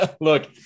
look